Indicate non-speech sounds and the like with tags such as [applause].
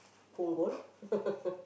Punggol [laughs]